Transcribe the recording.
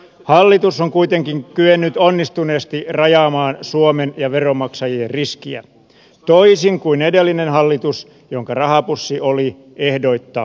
hallitus on kuitenkin kyennyt onnistuneesti rajaamaan suomen ja veronmaksajien riskiä toisin kuin edellinen hallitus jonka rahapussi oli ehdoitta auki